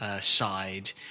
Side